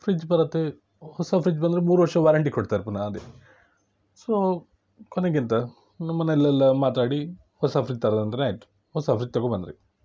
fridge ಬರತ್ತೆ ಹೊಸ fridge ಬಂದರೆ ಮೂರು ವರ್ಷ ವಾರಂಟಿ ಕೊಡ್ತಾರೆ ಪುನಃ ಅದೇ ಸೊ ಕೊನೆಗೆ ಎಂಥ ನಮ್ಮ ಮನೇಲೆಲ್ಲ ಮಾತಾಡಿ ಹೊಸ ಫ್ರಿಜ್ ತರೋದು ಅಂತಾನೇ ಆಯಿತು ಹೊಸ ಫ್ರಿಜ್ ತಗೊಬಂದ್ವಿ